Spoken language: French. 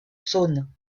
saône